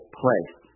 place